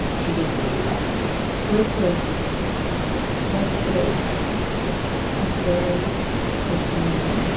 she just really liked him royce was royce is a very handsome man,